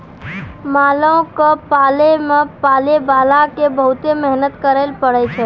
मालो क पालै मे पालैबाला क बहुते मेहनत करैले पड़ै छै